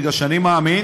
כי אני מאמין